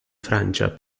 francia